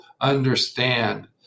understand